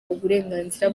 uburenganzira